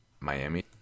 miami